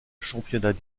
championnat